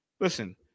listen